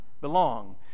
belong